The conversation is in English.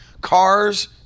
Cars